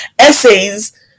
essays